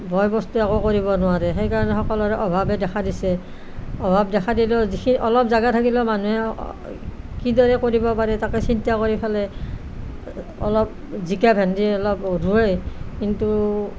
বয় বস্তু একো কৰিব নোৱাৰে সেইকাৰণে সকলোৰে অভাৱে দেখা দিছে অভাৱ দেখা দিলেও যিখি অলপ জেগা থাকিলেও মানুহে কিদৰে কৰিব পাৰি তাকে চিন্তা কৰি ফেলে অলপ জিকা ভেন্দি অলপ ৰোৱে কিন্তু